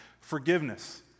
forgiveness